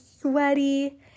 sweaty